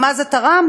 מה זה תרם?